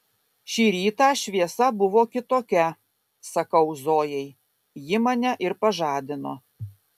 šį rytą šviesa buvo kitokia sakau zojai ji mane ir pažadino